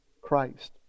Christ